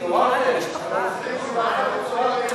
באסל, זה טקסט אמיתי.